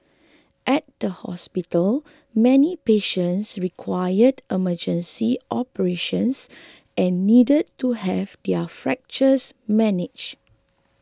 at the hospital many patients required emergency operations and needed to have their fractures managed